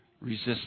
resist